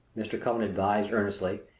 mr. cullen advised earnestly,